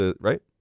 right